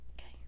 Okay